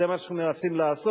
זה מה שאנחנו מנסים לעשות,